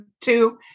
two